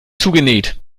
zugenäht